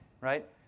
right